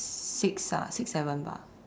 six ah six seven bah